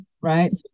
right